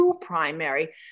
primary